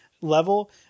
level